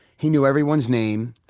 he knew everyone's name.